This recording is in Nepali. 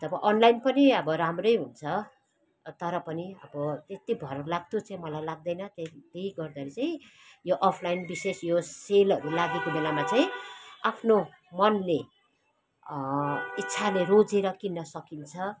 तब अन्लाइन पनि अब राम्रै हुन्छ तर पनि अब त्यति भरलाग्दो चाहिँ मलाई लाग्दैन त्यही त्यही गर्दाले चाहिँ यो अफ्लाइन विशेष यो सेलहरू लागेको बेलामा चाहिँ आफ्नो मनले इच्छाले रोजेर किन्न सकिन्छ